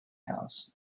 house